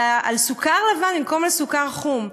על סוכר לבן במקום על סוכר חום,